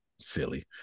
Silly